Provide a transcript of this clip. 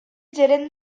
gerent